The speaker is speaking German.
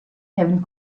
kevin